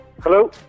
hello